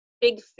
big